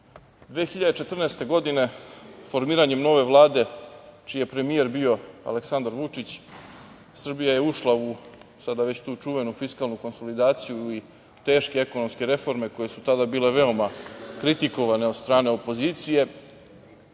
2014. formiranjem nove Vlade čiji je premijer bio Aleksandar Vučić, Srbija je ušla u tu, sada već tu čuvenu fiskalnu konsolidaciju i teške ekonomske reforme koje su tada bile veoma kritikovane od strane opozicije,